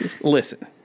listen